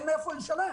אין מאיפה לשלם.